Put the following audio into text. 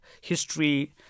History